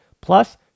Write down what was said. Plus